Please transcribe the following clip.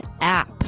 app